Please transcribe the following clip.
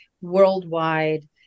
worldwide